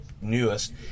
newest